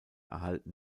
erhalten